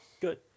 Good